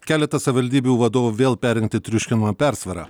keletas savivaldybių vadovų vėl perrinkti triuškinama persvara